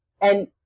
and-